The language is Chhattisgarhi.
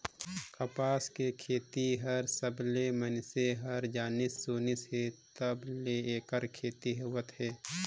कपसा के खेती हर सबलें मइनसे हर जानिस सुनिस हे तब ले ऐखर खेती होवत हे